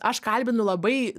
aš kalbinu labai